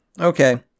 okay